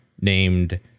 named